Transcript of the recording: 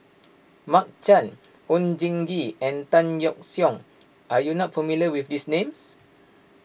Mark Chan Oon Jin Gee and Tan Yeok Seong are you not familiar with these names